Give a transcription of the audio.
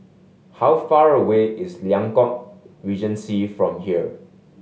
how far away is Liang Court Regency from here